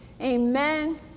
Amen